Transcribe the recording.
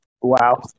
Wow